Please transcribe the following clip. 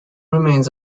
remains